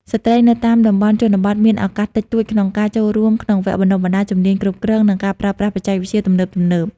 ស្ត្រីនៅតាមតំបន់ជនបទមានឱកាសតិចតួចក្នុងការចូលរួមក្នុងវគ្គបណ្តុះបណ្តាលជំនាញគ្រប់គ្រង និងការប្រើប្រាស់បច្ចេកវិទ្យាទំនើបៗ។